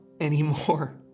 anymore